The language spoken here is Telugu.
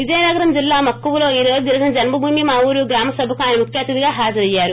విజయనగరం జిల్లా మక్కువలో ఈరోజు జరిగిన జన్మభూమి మా ఊరు గ్రామసభకు ఆయన ముఖ్య అతిథిగా హాజరయ్యారు